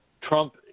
Trump